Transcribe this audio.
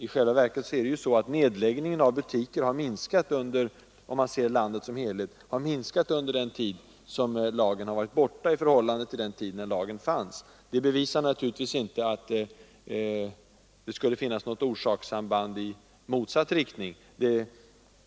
I själva verket har nedläggningen av butiker i landet som helhet minskat sedan lagen togs bort. Det visar naturligtvis inte att det skulle finnas något orsakssamband i motsatt riktning.